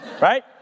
Right